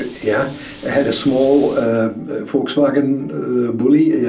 yeah? i had a small volkswagen bulli, yeah